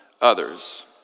others